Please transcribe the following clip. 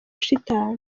shitani